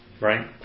right